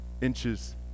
inches